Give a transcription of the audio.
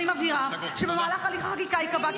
אני מבהירה שבמהלך הליך החקיקה ייקבע כי